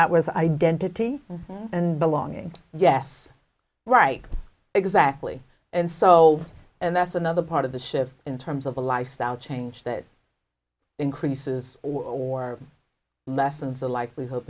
that was identity and belonging yes right exactly and so that's another part of the shift in terms of a lifestyle change that increases or lessens the likelihood